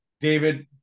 David